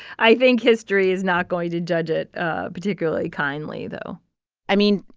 i think history is not going to judge it ah particularly kindly, though i mean,